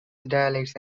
dialects